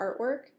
artwork